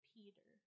Peter